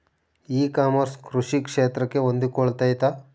E commerce ಕೃಷಿ ಕ್ಷೇತ್ರಕ್ಕೆ ಹೊಂದಿಕೊಳ್ತೈತಾ?